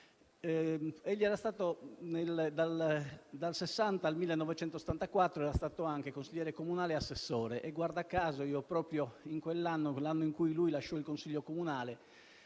era stato anche consigliere comunale e assessore e, guarda caso, proprio in quell'anno, l'anno in cui lui lasciò il consiglio comunale,